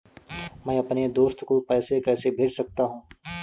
मैं अपने दोस्त को पैसे कैसे भेज सकता हूँ?